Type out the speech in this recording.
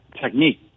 technique